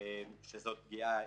שזו פגיעה